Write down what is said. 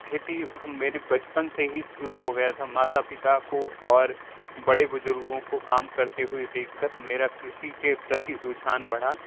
खेती हम मेरे बचपन से ही शुरू हो गया था माता पिता को और बड़े बुजुर्गों को काम करते हुए देखकर मेरा कृषि के प्रति रुझान बढ़ा